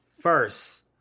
first